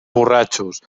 borratxos